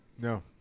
No